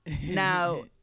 now